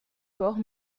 port